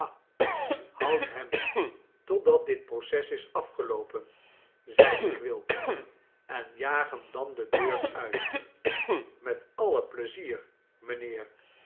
houd hem totdat dit proces is afgeloopen zeide quilp en jaag hem dan de deur uit met alle pleizier mijnheer